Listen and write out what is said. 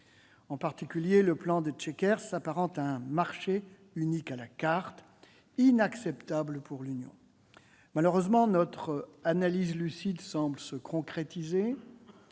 En particulier, le plan de Chequers s'apparente à un marché unique à la carte, inacceptable pour l'Union. Malheureusement, notre analyse lucide semble se concrétiser.